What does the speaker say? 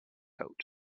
coat